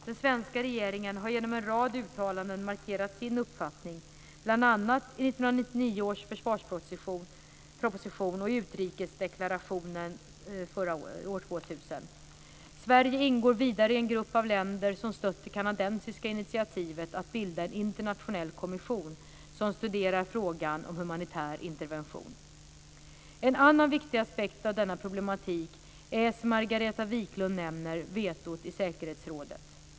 Den svenska regeringen har genom en rad uttalanden markerat sin uppfattning, bl.a. i 1999 års försvarsproposition och i utrikesdeklarationen år 2000. Sverige ingår vidare i en grupp av länder som stött det kanadensiska initiativet att bilda en internationell kommission som studerar frågan om humanitär intervention. En annan viktig aspekt av denna problematik är, som Margareta Viklund nämner, vetot i säkerhetsrådet.